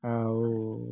ଆଉ